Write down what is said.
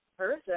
Person